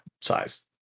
size